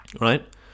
right